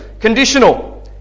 Conditional